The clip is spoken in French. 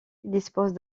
dispose